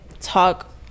talk